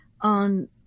on